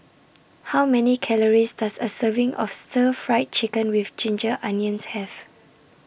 How Many Calories Does A Serving of Stir Fried Chicken with Ginger Onions Have